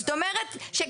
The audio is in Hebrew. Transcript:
זאת אומרת,